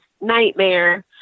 nightmare